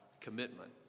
commitment